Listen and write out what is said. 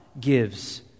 gives